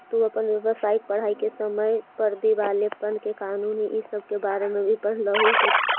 तू अपन व्यावसायिक पढ़ाई के समय पर दिवालेपन के कानून इ सब के बारे में भी पढ़लहू होत